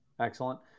Excellent